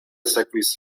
sekvis